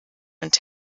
und